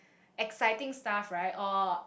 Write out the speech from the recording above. exciting stuff right or